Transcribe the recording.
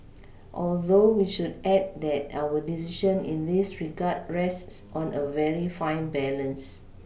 although we should add that our decision in this regard rests on a very fine balance